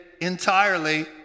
entirely